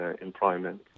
employment